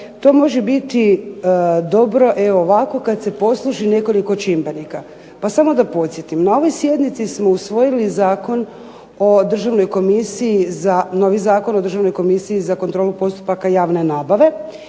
to može biti dobro ovako kad se posloži nekoliko čimbenika. Pa samo da podsjetim, na ovoj sjednici smo usvojili novi Zakon o Državnoj komisiji za kontrolu postupaka javne nabave